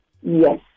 yes